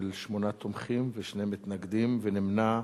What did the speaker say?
שמונה תומכים ושני מתנגדים ונמנע אחד,